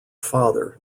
father